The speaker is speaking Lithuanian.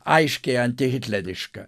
aiškiai antihitleriška